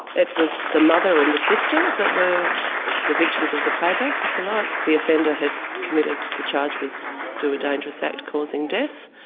it was the mother and the sister that were the victims of the payback, if you like. the offender had committed the charge was do a dangerous act causing death.